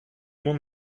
mon